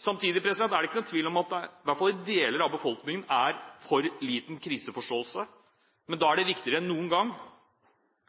Samtidig er det ikke noen tvil om at det i hvert fall i deler av befolkningen er for liten kriseforståelse. Da er det viktigere enn noen gang,